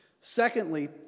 Secondly